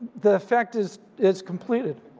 the effect is is completed.